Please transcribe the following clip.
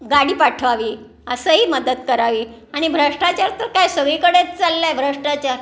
गाडी पाठवावी असंही मदत करावी आणि भ्रष्टाचार तर काय सगळीकडेच चालला आहे भ्रष्टाचार